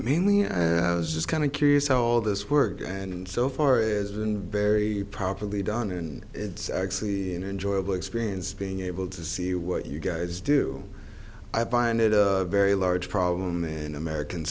and i was just kind of curious how all this work and so far it has been very properly done and it's actually an enjoyable experience being able to see what you guys do i bided a very large problem in american